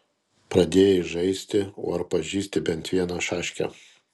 pradėjai žaisti o ar pažįsti bent vieną šaškę